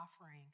offering